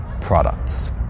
products